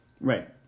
Right